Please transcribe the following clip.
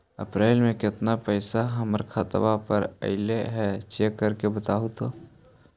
अप्रैल में केतना पैसा हमर खाता पर अएलो है चेक कर के बताहू तो?